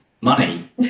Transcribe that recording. money